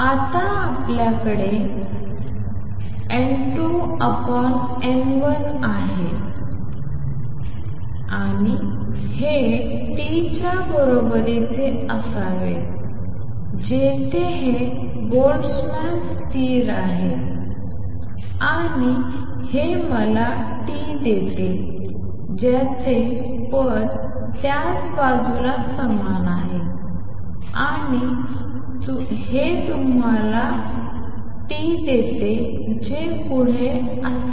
तर आता आपल्याकडे N2N1 आहे जे B12uTA21B12uTआहे आणि हेe EkBT च्या बरोबरीचे असावे जेथे kB हे बोल्टझमॅन स्थिर आहे आणि हे मला B12uT eEkBT देते जे पद त्याच बाजूला A21B12uT समान आहे आणि हे तुम्हाला uT समान A21B12eEkBT B21 देते जे पुढे A21B21B12eEkBTB21 1